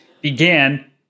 began